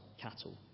cattle